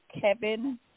Kevin